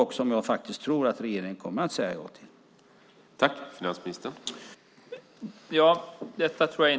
Jag tror faktiskt att regeringen kommer att säga ja till den.